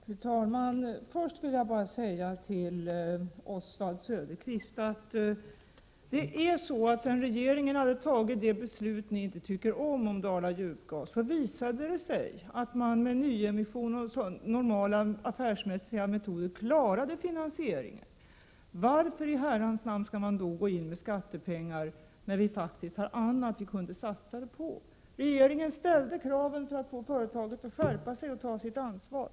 Fru talman! Först vill jag säga till Oswald Söderqvist att sedan regeringen fattade det beslut om Dala Djupgas som ni inte tycker om, har det visat sig att man klarade finansieringen med nyemission och normala affärsmässiga metoder. Varför i herrans namn skall man gå in med skattepengar, när vi faktiskt har annat vi kan satsa dem på? Regeringen ställde kraven för att få företaget att skärpa sig och ta sitt ansvar.